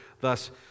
Thus